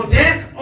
death